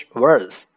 words